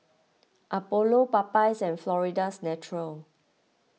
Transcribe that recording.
Apollo Popeyes and Florida's Natural